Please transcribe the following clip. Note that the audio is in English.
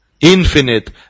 infinite